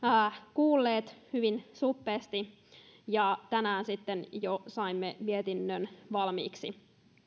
kuulleet hyvin suppeasti ja tänään sitten jo saimme mietinnön valmiiksi